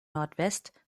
nordwest